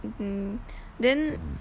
okay then